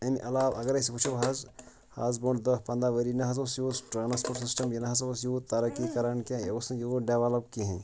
امہِ علاوٕ اگر أسۍ وُچھو حظ اَز برٛونٛٹھ دَہ پنٛداہ ؤری نہَ حظ اوس یوٗت ٹرٛانسپوٹ سِسٹم یہِ نہَ حظ اوس یوٗت ترقی کران کیٚنٛہہ یہِ اوس نہٕ یوٗت ڈیولَپ کِہیٖنٛۍ